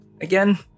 again